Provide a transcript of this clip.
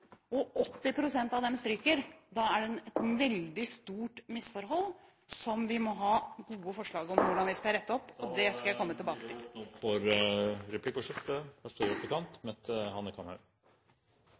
av dem stryker , da er det et veldig stort misforhold som vi må ha gode forslag til for hvordan vi skal rette opp , og det skal jeg komme tilbake til. Det åpnes for replikkordskifte.